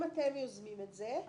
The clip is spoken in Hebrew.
אם אתם יוזמים את זה,